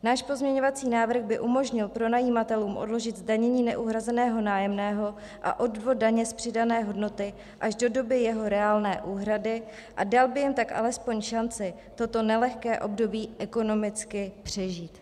Náš pozměňovací návrh by umožnil pronajímatelům odložit zdanění neuhrazeného nájemného a odvod daně z přidané hodnoty až do doby jeho reálné úhrady a dal by jim tak alespoň šanci toto nelehké období ekonomicky přežít.